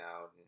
out